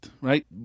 right